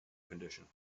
condition